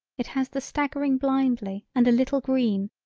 it has the staggering blindly and a little green,